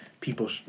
people